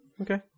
Okay